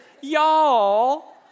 y'all